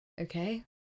Okay